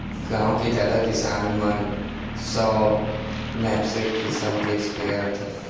गॉँव के जादा किसान मन सो नैपसेक किसम के स्पेयर रथे